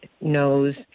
knows